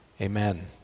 Amen